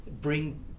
bring